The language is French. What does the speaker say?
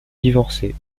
divorcer